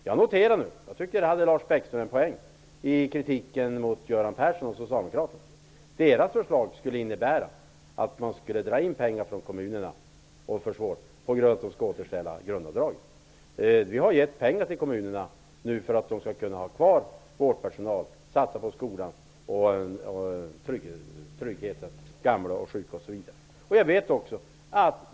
Jag noterar nu när det gäller kritiken mot Göran Persson och Socialdemokraterna -- där får Lars Bäckström en poäng -- att deras förslag skulle innebära att pengar drogs in från kommunerna på grund av att grundavdraget skall återställas. Vi har nu gett kommunerna pengar för att de skall kunna ha kvar vårdpersonal och för att de skall kunna satsa på skolan, på tryggheten för gamla och sjuka osv.